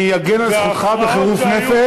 אני אגן על זכותך בחירוף נפש,